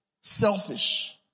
Selfish